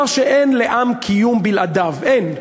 הדבר שאין לעם קיום בלעדיו, אין,